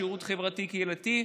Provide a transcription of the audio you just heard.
שירות חברתי קהילתי,